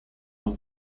noch